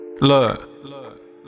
Look